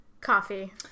Coffee